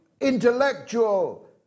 intellectual